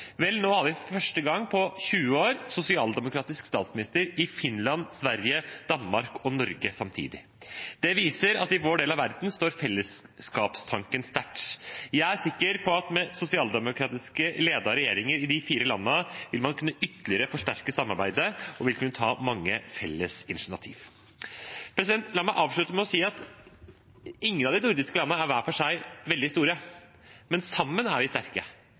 Vel, nå har vi for første gang på 20 år sosialdemokratisk statsminister i Finland, Sverige, Danmark og Norge samtidig. Det viser at i vår del av verden står fellesskapstanken sterkt. Jeg er sikker på at med sosialdemokratisk ledete regjeringer i de fire landene vil man kunne ytterligere forsterke samarbeidet, og vi vil kunne ta mange felles initiativ. La meg avslutte med å si at ingen av de nordiske landene hver for seg er veldig store, men sammen er vi sterke.